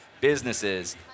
businesses